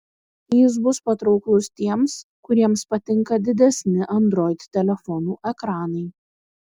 jis bus patrauklus tiems kuriems patinka didesni android telefonų ekranai